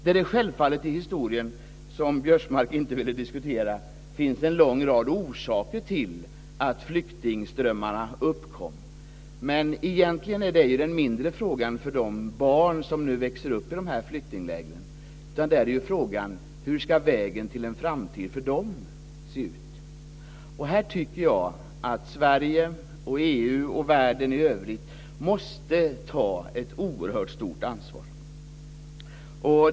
Det finns självfallet i historien, som Biörsmark inte vill diskutera, en lång rad orsaker till att flyktingströmmarna uppkom. Men egentligen är det den mindre frågan för de barn som nu växer upp i dessa flyktingläger. Frågan är hur vägen till en framtid för dem ska se ut. Här tycker jag att Sverige, EU och världen i övrigt måste ta ett oerhört stort ansvar.